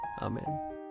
Amen